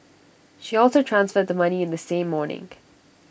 she also transferred the money in the same morning